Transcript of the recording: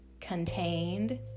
contained